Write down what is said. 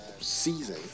Season